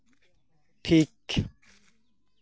ᱴᱷᱤᱠ